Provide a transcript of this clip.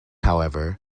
however